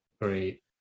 great